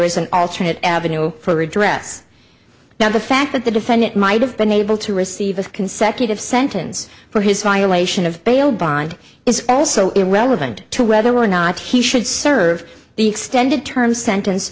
is an alternate avenue for redress now the fact that the defendant might have been able to receive a consecutive sentence for his violation of bail bond is also irrelevant to whether or not he should serve the extended term sentence